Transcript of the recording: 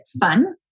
fun